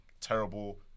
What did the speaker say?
terrible